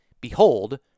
Behold